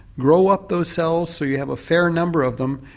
grow up those cells so you have a fair number of them,